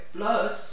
Plus